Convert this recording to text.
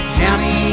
county